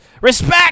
respect